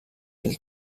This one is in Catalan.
mil